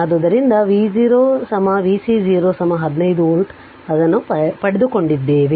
ಆದ್ದರಿಂದ V0 V C0 15 volt ಅದನ್ನು ಪಡೆದುಕೊಂಡಿದ್ದೇವೆ